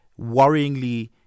worryingly